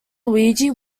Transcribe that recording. luigi